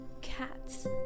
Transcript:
cats